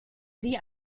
sie